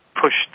pushed